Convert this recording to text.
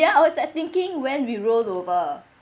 ya I was like thinking when we rolled over